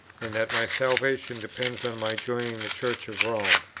and that my salvation depends on my joining the church of rome.